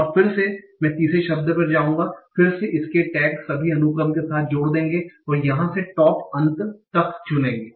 और फिर से मैं तीसरे शब्द पर जाऊंगा फिर से इसके टैग सभी अनुक्रमों के साथ जोड़ देंगे और यहाँ से टॉप अंत चुनेंगे